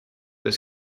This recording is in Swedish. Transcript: det